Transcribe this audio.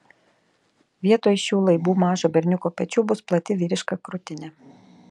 vietoj šių laibų mažo berniuko pečių bus plati vyriška krūtinė